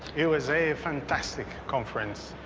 it was a fantastic conference.